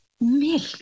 milk